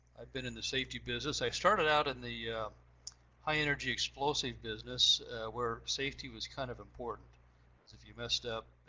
i've been in the safety business. i started out in the high energy explosive business where safety was kind of important, cuz if you messed up,